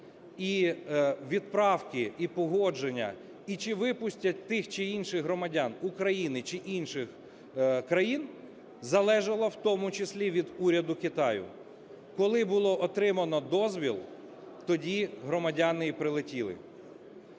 І відправки, і погодження, і чи випустять тих чи інших громадян України чи інших країн залежало в тому числі від уряду Китаю. Коли було отримано дозвіл, тоді громадяни і прилетіли.